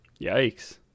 yikes